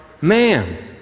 man